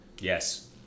Yes